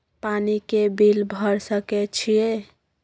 पानी के बिल भर सके छियै?